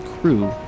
crew